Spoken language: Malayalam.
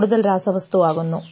കൂടുതൽ രാസവസ്തു ആകുന്നു